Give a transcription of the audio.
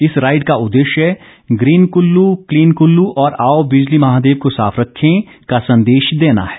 इस राईड का उदेश्य ग्रीन कुल्लू क्लीन कुल्लू और आओ बिजली महादेव को साफ रखे का संदेश देना है